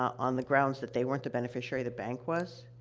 on the grounds that they weren't the beneficiary, the bank was,